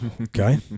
Okay